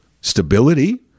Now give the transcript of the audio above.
stability